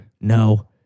No